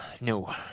no